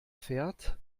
pferd